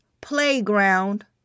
playground